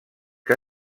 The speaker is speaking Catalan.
que